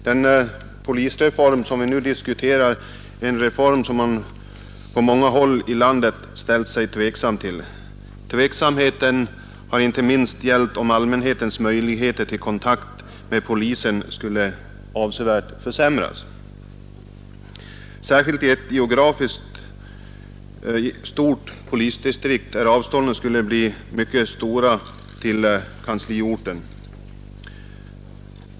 Herr talman! Den polisreform som vi nu diskuterar är en reform som man på många håll i landet ställt sig tveksam till. Tveksamheten har inte minst gällt om allmänhetens möjligheter till kontakter med polisen avsevärt skulle försämras, särskilt i ett geografiskt vidsträckt polisdistrikt där avstånden till kansliorten skulle bli mycket stora.